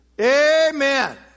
Amen